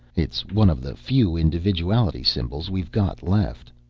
it's one of the few individuality symbols we've got left.